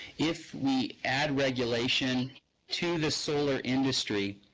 if we add regulation to the solar industry,